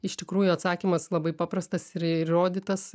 iš tikrųjų atsakymas labai paprastas ir įrodytas